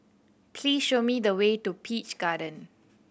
please show me the way to Peach Garden